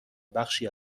بخشی